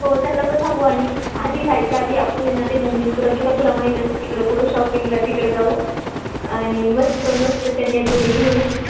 हो त्यांना पण सांगू आणि आधी जायच्या आधी आपण आहेना ते मोमीनपुरा किंवा तुला माहीत असं तिकडं कुठं शॉपिंगला तिकडं जाऊ आणि मस्त मस्त चनियाचोली घेऊ